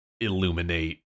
illuminate